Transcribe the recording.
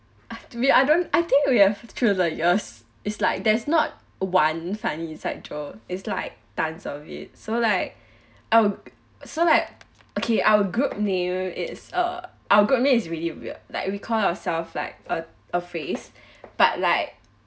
after we I don't I think we have through the years it's like there's not one funny inside joke it's like tons of it so like I'll so like okay our group name is uh our group name is really weird like we call ourself like a a face but like